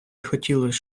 хотілось